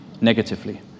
negatively